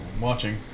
watching